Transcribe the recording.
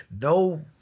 no